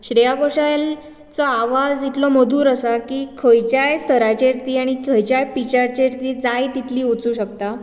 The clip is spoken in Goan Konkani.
श्रेया घोशालचो आवाज इतलो मधूर आसा की खंयच्याय स्तराचेर ती आनी खंयच्याय पिचाचेर ती जाय तितली वोचूंक शकता